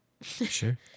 Sure